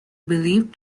believed